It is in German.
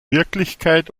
wirklichkeit